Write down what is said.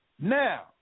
Now